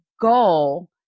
goal